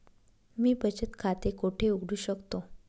मी बचत खाते कोठे उघडू शकतो?